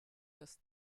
das